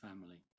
family